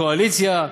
קואליציה,